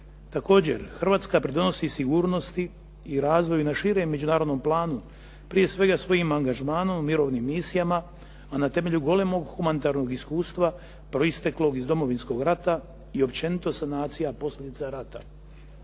Također, Hrvatska pridonosi sigurnosti i razvoju na širem međunarodnom planu, prije svega svojim angažmanom u mirovnim misijama, a na temelju golemog humanitarnog iskustva proisteklog iz Domovinskog rata i općenito sanacija posljedica rata.